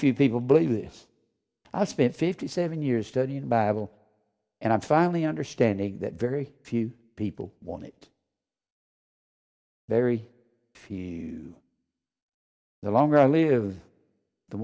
few people believe this i spent fifty seven years studying the bible and i'm finally understanding that very few people want it very few the longer i live the